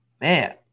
man